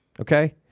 Okay